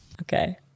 Okay